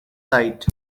site